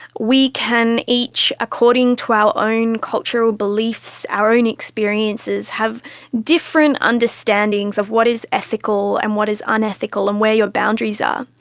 we can, according to our own cultural beliefs, our own experiences, have different understandings of what is ethical and what is unethical and where your boundaries are.